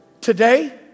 Today